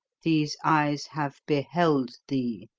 these eyes have beheld thee.